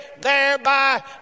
Thereby